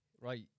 right